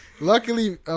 Luckily